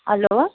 hello